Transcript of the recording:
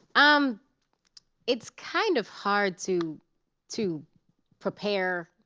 um it's kind of hard to to prepare,